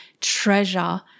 treasure